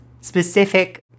specific